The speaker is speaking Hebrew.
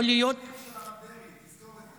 של הרב דרעי, תזכור את זה.